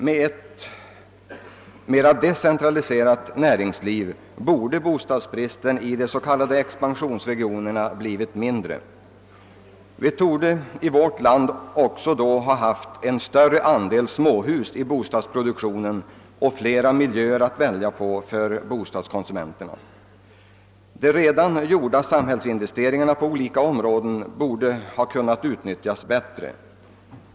| Med ett mera decentraliserat närings liv borde bostadsbristen i de s.k. expansionsregionerna ha blivit mindre. Vi torde i vårt land också då ha haft en större andel småhus i bostadsproduktionen och flera miljöer att välja på för bostadskonsumenterna. De redan gjorda samhällsinvesteringarna på olika områden borde ha kunnat utnyttjas bättre.